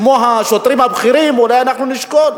כמו השוטרים הבכירים, אולי אנחנו נשקול.